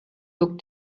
looked